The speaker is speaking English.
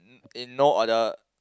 in no order